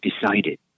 decided